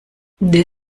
der